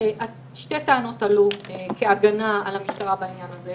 שתי טענות עלו כהגנה על המשטרה בעניין הזה.